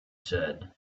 said